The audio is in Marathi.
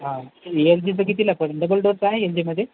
हा एल जीचं कितीला पण डबल डोअरचा आहे एल जीमध्ये